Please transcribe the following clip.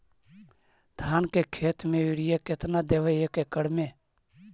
धान के खेत में युरिया केतना देबै एक एकड़ में?